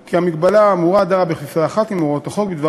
כי המגבלה האמורה דרה בכפיפה אחת עם הוראות החוק בדבר